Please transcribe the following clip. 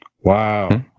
Wow